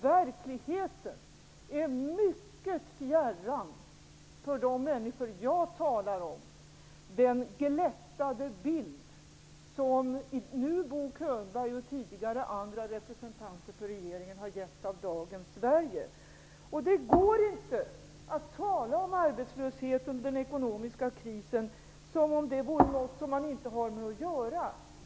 Verkligheten för de människor jag talar om är mycket fjärran den glättade bild som nu Bo Könberg och tidigare andra representanter för regeringen har gett av dagens Sverige. Det går inte att tala om arbetslösheten och den ekonomiska krisen som om de vore någonting som man inte har med att göra.